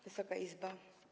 Wysoka Izbo!